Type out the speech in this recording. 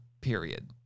period